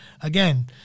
again